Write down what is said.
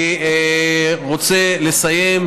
אני רוצה לסיים,